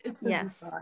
yes